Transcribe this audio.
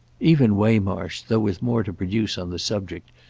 even waymarsh, though with more to produce on the subject,